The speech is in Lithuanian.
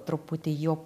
truputį jo